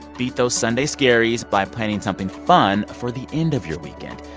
beat those sunday scaries by planning something fun for the end of your weekend.